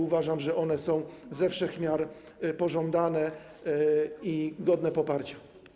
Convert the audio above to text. Uważam, że one są ze wszech miar pożądane i godne poparcia.